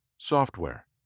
software